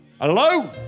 Hello